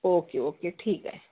okay okay ठीक आहे